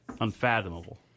unfathomable